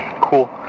Cool